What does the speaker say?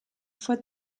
fois